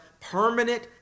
permanent